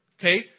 Okay